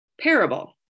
parable